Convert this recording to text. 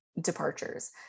departures